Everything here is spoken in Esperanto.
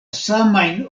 samajn